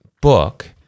book